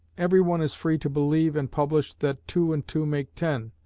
every one is free to believe and publish that two and two make ten,